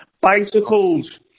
Bicycles